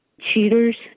cheaters